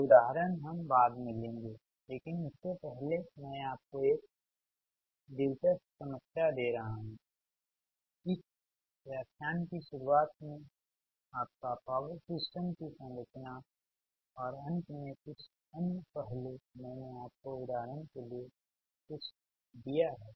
तोउदाहरण हम बाद में लेंगेलेकिन इससे पहले मैं आपको एक दिलचस्प समस्या दे रहा हूं इस व्याख्यान की शुरुआत में आपका पावर सिस्टम की संरचना और अंत में कुछ अन्य पहलू मैंने आपको उदाहरण के लिए कुछ दिया है